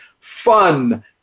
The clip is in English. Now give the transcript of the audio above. fun